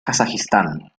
kazajistán